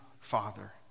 Father